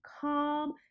calm